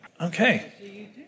Okay